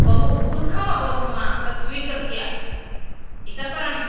बहु दुःखं अभवत् मम तत् स्वीकृत्य इतः परं